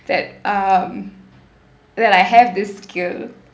that um that I have this skill